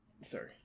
sorry